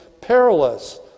perilous